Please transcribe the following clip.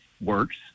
works